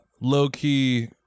low-key